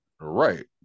right